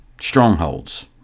strongholds